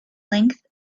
length